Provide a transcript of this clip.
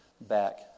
back